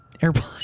airplane